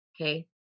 Okay